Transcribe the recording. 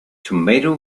tomato